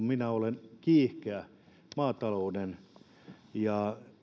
minä olen kiihkeä maatalouden kannattaja ja